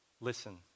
Listen